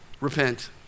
Repent